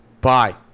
Bye